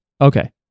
Okay